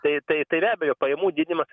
tai tai tai be abejo pajamų didinimas